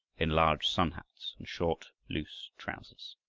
in large sun hats, and short loose trousers.